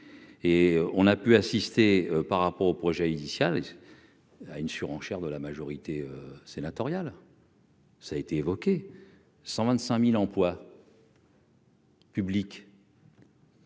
et on a pu assister par rapport au projet initial à une surenchère de la majorité sénatoriale. ça a été évoqué 125000 emplois. Public.